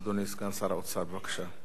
אדוני סגן שר האוצר, בבקשה.